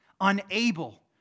Unable